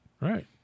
Right